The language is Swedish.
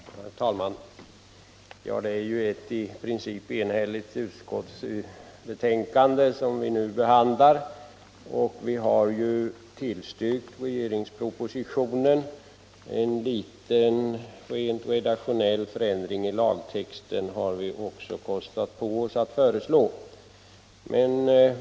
Herr talman! Det är ett i princip enhälligt utskottsbetänkande som vi nu behandlar, och vi har tillstyrkt regeringspropositionen. En liten rent redaktionell ändring i lagtexten har vi också kostat på oss att föreslå.